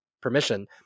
permission